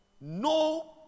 No